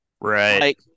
Right